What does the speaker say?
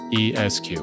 ESQ